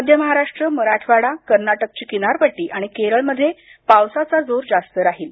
मध्य महाराष्ट्र मराठवाडा कर्नाटकची किनारपट्टी आणि केरळमध्ये पावसाचा जोर जास्त राहील